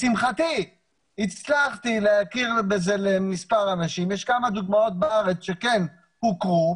לשמחתי הצלחתי להכיר בזה למספר אנשים ויש כמה דוגמאות בארץ שכן הוכרו.